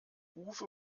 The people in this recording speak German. uwe